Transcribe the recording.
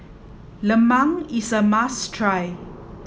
Lemang is a must try